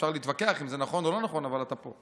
אפשר להתווכח אם זה נכון או לא נכון, אבל אתה פה.